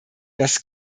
dass